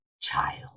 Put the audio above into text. child